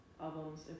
albums